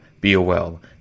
B-O-L